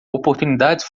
oportunidades